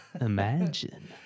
imagine